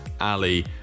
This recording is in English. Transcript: ali